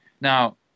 Now